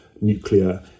nuclear